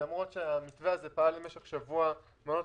למרות שהמתווה הזה פעל במשך שבוע מעונות